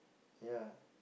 ya